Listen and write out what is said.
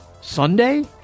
Sunday